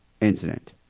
incident